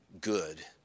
good